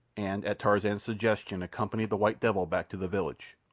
and, at tarzan's suggestion, accompanied the white devil back to the village,